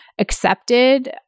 accepted